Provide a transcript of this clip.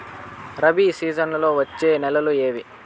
రబి సీజన్లలో వచ్చే నెలలు ఏవి?